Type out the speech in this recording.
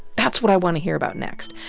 that's what i want to hear about next.